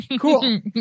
Cool